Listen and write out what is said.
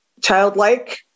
Childlike